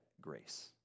grace